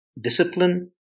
discipline